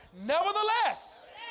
Nevertheless